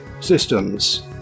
systems